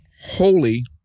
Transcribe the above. holy